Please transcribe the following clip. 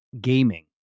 gaming